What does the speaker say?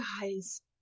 guys